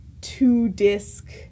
two-disc